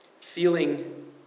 feeling